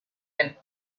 and